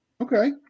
Okay